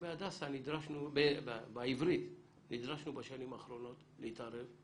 באוניברסיטה העברית נדרשנו בשנים האחרונות להתערב,